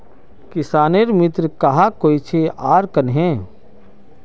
किसानेर मित्र कहाक कोहचे आर कन्हे?